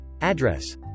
Address